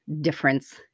difference